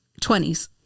20s